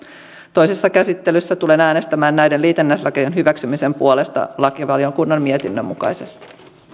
toisessa käsittelyssä tulen äänestämään näiden liitännäislakien hyväksymisen puolesta lakivaliokunnan mietinnön mukaisesti